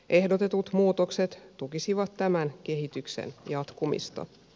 ehdotetut muutokset tukisivat tämän kehityksen jatkumista